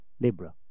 Libra